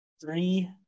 three